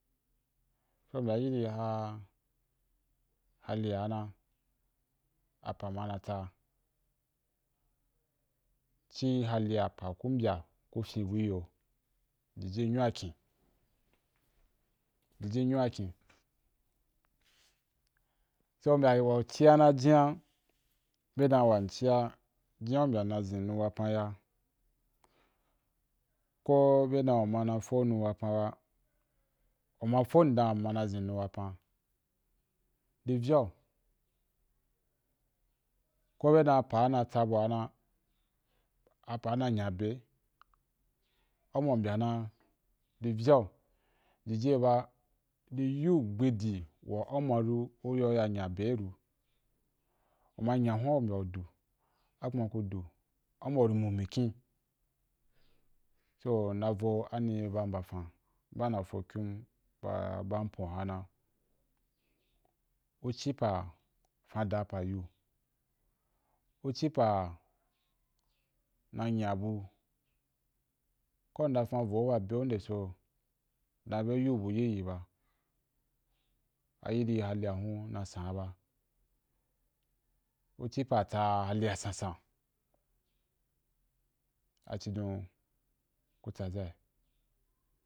So’u u mbyaa iri hali a na apa’ ma na tsa’a ci hali wa po ku fyen’a bu ki yo jiji nyinu wa kin, jiji nyin u’a kim, so u mbyaa u ci na numa bye dan wa cia jinma, be dan wan cia bye dan mna ʒin nu’ wapan atu, ko be dan una fo’u nu’ wapan ba, uma na fon’ dan mna ʒin nu wapan, di vya’u ko be dan pa’ na tsa bu’a na, apa’ na nya abe, au, ma u mbyaa, numa ri vya’u. Jiji i ye ba i yiu ybendi, wa au ma ru u ya’ nya abe di u ma nya hun’a u mbyaa u du, a kumo ku du. Au ma uri mbu mikyim, so nna vo, ani ba mbafan ba. Na fo’ kyu’m ba a mpon’a na u ci pa’ fan daa yiu u ci par na nya bu, kai ndafan vo’u bo beu nde so, u dan be yiu bu uyiyi ba, a iri hali ahum na san’ ba. U ci pa’ tsa hali asansan. Acidon u tsaʒai.